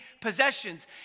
possessions